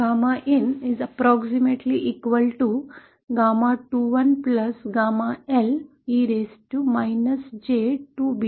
मग GAMAin जवळजवळ अशा प्रकारे लिहिता येते